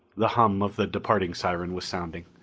the hum of the departing siren was sounding.